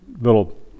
little